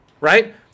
right